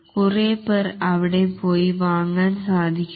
കുറേ പേർക്ക് അവിടെ പോയി വാങ്ങാൻ സാധിക്കും